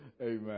Amen